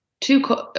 two